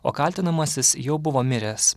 o kaltinamasis jau buvo miręs